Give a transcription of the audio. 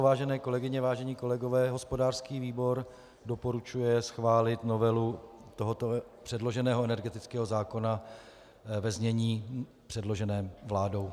Vážené kolegyně, vážení kolegové, hospodářský výbor doporučuje schválit novelu tohoto předloženého energetického zákona ve znění předloženém vládou.